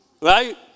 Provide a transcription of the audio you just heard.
right